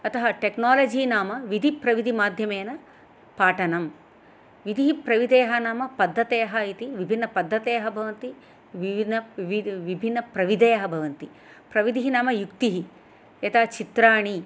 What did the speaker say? अतः टेक्नालजि नाम विधिप्रविधिमाध्यमेन पाठनं विदिः प्रविदयः नाम पद्धतयः इति विभिन्नपद्धतयः भवन्ति विविन्न विभिन्न प्रविधयः भवन्ति प्रविधिः नाम युक्तिः यथा चित्राणि